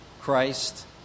Christ